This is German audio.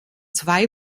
zwei